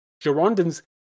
Girondins